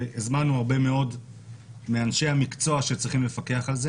והזמנו הרבה מאוד מאנשי המקצוע שצריכים לפקח על זה.